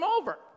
over